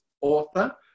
Author